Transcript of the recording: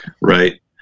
Right